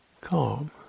calm